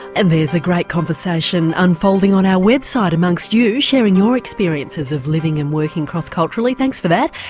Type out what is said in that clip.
and there's a great conversation unfolding on our website among so you, sharing your experiences of living and working cross culturally thanks for that.